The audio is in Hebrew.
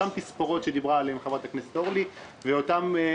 אותן תספורות שדיברה עליהן חברת הכנסת אורלי לוי אבקסיס.